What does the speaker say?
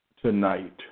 tonight